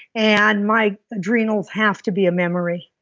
and my adrenals have to be a memory